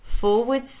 forward